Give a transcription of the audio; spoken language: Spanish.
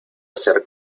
hacer